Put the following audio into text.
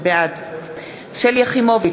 בעד שלי יחימוביץ,